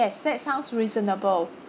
that sounds reasonable